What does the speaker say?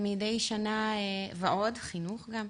חינוך גם.